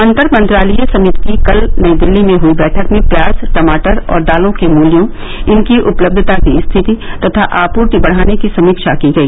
अंतर मंत्रालयीय समिति की कल नई दिल्ली में हुई बैठक में प्याज टमाटर और दालों के मूल्यों इनकी उपलब्धता की स्थिति तथा आपूर्ति बढ़ाने की समीक्षा की गई